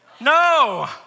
No